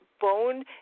bone